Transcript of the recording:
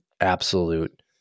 absolute